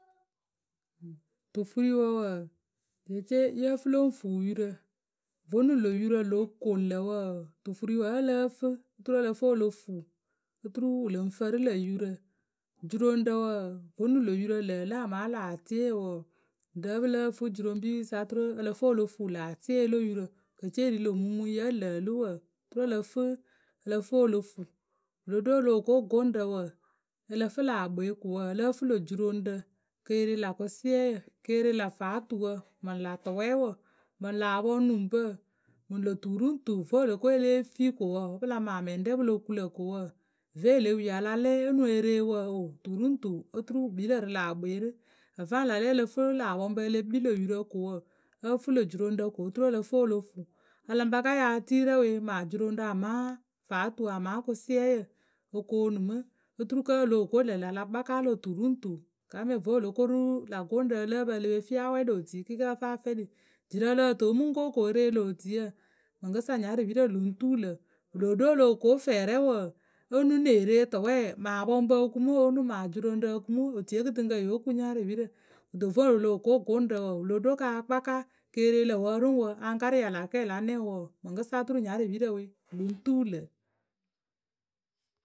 Tufuriwǝ wǝǝ, jeece yǝ fǝ lo ŋ fu yurǝ vonuŋ lô yurǝ lo koŋ lǝ̂ wǝǝ, tufuri wǝ́ ǝ lǝ́ǝ fǝ oturu ǝ lǝ fǝ o lo fu oturu wǝ lǝŋ fǝrɨ lǝ̂ yurǝ. Juroŋrǝ wǝǝ, vonuŋ lô yurǝ lǝǝ lɨ amaa laatie wǝǝ, ŋrǝ wǝ́ pǝ lǝ́ǝ fǝ juroŋpipirǝ sa oturu ǝ lǝ fǝ o lo fu laatie lo yurǝ wǝ ke ce wǝ ri ŋlǝ̈ mumuŋyǝ wǝ́ lǝǝ lɨ wǝǝ oturu ǝ lǝ fǝ ǝ lǝ fǝ o lo fu Wǝ lo ɖo o loh ko gʊŋrǝ wǝǝ, ǝ lǝ fǝ lâ kpoe ko wǝǝ ǝ lǝ́ǝ fǝ lô juroŋrǝ. ke re lâ kʊsiɛyǝ ke re lâ faatuwǝ mǝŋ lâ tʊwɛɛwǝ mǝŋ lâ pɔŋnuŋpǝ mǝŋ lô tu ru ŋ tu vo o lo ko e lée ko wǝǝ wǝ́ pǝ la maa mɛŋwǝrɛ pǝ lo ku lǝ̂ ko wǝǝ ve e le wii a la lɛ o nuŋ e re wǝ o tu ru ŋ tu oturu wǝ kpii lǝ̂ rǝ lâ kpoe rǝ. Ǝ vǝ́ a la lɛ lǝ fǝ lä pɔŋpǝ e le kpii lô yurǝ ko wǝǝ ǝ fǝ lô juroŋrǝ ko oturu ǝ lǝ fǝ o lo fu a lǝŋ pa ka yaa e tii rɛ we maa juroŋrǝ amaa faatu amaa kʊsiɛyǝ o koonu mɨ oturu kǝ́ o loh ko lǝ̂ ŋlǝ̈ a la kpaka lö tu ru ŋ tu gaameye vǝ́ o lo ko ru lâ gʊŋrǝ ǝ lǝ́ǝ pǝ e le pe fii a wɛ lö tui kɩɩkɩɩ ǝ fǝ a fɛlɩ. Jirǝ ǝ lǝh tɨ mǝ ŋko ko e re lô otuiyǝ mǝŋkǝsa nyarɨpirǝ lǝŋ tuu lǝ̈. Wǝ loo ɖo o loh ko fɛɛrɛ wǝǝ, o nuŋ ŋ́ nee re tʊwɛ maa apɔŋpǝ o ku mǝ o onuŋ maa juroŋrǝ o ku mǝ otuiye kɨtɨŋkǝ yo kuŋ nyarɩpirǝ kǝto vǝ́ o loh ko gʊŋrǝ wǝǝ ;w lo ɖo ka kpaka ke re lǝ̈ wǝ rǝ ŋ wǝ, a ŋ ka ria lä kɛ la nɛ wǝǝ, mǝŋkɨsa oturu nyarɨpirǝ we lǝŋ tuulǝ̈.